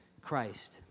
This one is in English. Christ